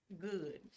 good